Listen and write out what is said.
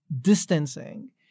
distancing